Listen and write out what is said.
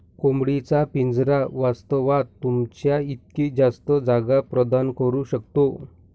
कोंबडी चा पिंजरा वास्तवात, तुमच्या इतकी जास्त जागा प्रदान करू शकतो